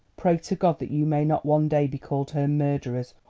pray to god that you may not one day be called her murderers,